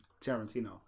Tarantino